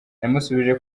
namusubije